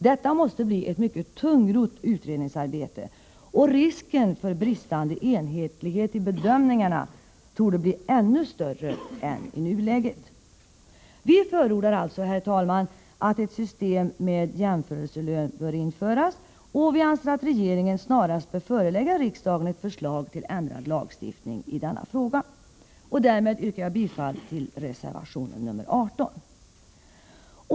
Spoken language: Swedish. Detta måste bli ett mycket tungrott utredningsarbete, och risken för bristande enhetlighet i bedömningarna torde bli ännu större än i nuläget. Vi förordar alltså, herr talman, att ett system med jämförelselön införs, och vi anser att regeringen snarast bör förelägga riksdagen ett förslag till ändrad lagstiftning i denna fråga. Därmed yrkar jag bifall till reservation 18.